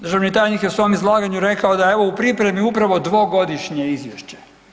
Državni tajnik je u svom izlaganju rekao da je ovo u pripremi upravo dvogodišnje izvješće.